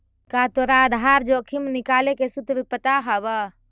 का तोरा आधार जोखिम निकाले के सूत्र पता हवऽ?